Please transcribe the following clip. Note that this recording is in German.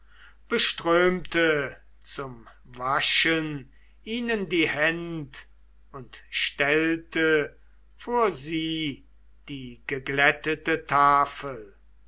beströmte zum waschen ihnen die händ und stellte vor sie die geglättete tafel